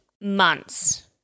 months